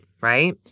right